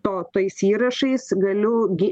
to tais įrašais galiu gi